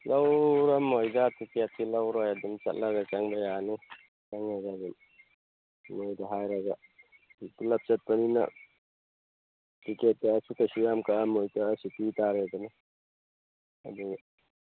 ꯂꯧꯔꯝꯃꯣꯏꯗ ꯇꯤꯛꯀꯦꯠꯇꯤ ꯂꯧꯔꯣꯏ ꯑꯗꯨꯝ ꯆꯠꯂꯒ ꯆꯪꯕ ꯌꯥꯅꯤ ꯆꯪꯉꯒ ꯑꯗꯨꯝ ꯃꯣꯏꯗ ꯍꯥꯏꯔꯒ ꯄꯨꯂꯞ ꯆꯠꯄꯅꯤꯅ ꯇꯤꯀꯦꯠ ꯀꯛꯑꯁꯨ ꯀꯩꯁꯨ ꯌꯥꯝ ꯀꯛꯑꯝꯃꯣꯏꯗ ꯀꯛꯑꯁꯨ ꯄꯤꯕ ꯇꯥꯔꯦꯗꯅ ꯑꯗꯨꯒ